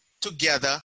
together